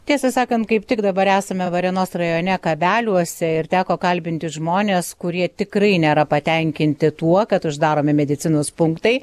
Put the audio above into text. tiesą sakant kaip tik dabar esame varėnos rajone kabeliuose ir teko kalbinti žmones kurie tikrai nėra patenkinti tuo kad uždaromi medicinos punktai